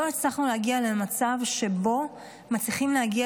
לא הצלחנו להגיע למצב שבו מצליחים להגיע